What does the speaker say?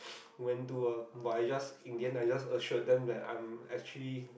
went to uh but I just in the end I just assured them that I'm actually